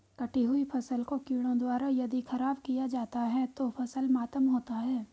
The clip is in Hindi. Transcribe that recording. कटी हुयी फसल को कीड़ों द्वारा यदि ख़राब किया जाता है तो फसल मातम होता है